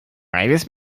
beides